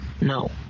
no